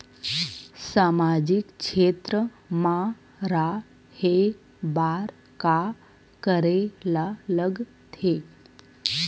सामाजिक क्षेत्र मा रा हे बार का करे ला लग थे